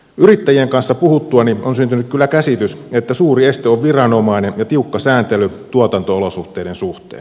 yrittäjien kanssa puhuttuani on syntynyt kyllä käsitys että suuri este on viranomainen ja tiukka sääntely tuotanto olosuhteiden suhteen